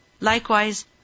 Likewise